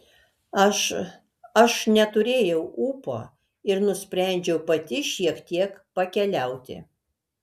aš aš neturėjau ūpo ir nusprendžiau pati šiek tiek pakeliauti